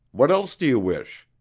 what else do you wish?